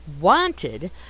wanted